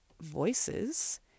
voices